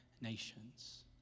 nations